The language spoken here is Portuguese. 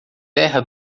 terra